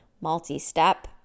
multi-step